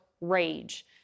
Rage